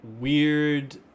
weird